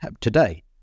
today